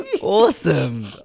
Awesome